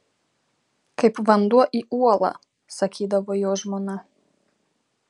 kaip vanduo į uolą sakydavo jo žmona